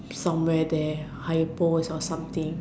somewhere there high post or something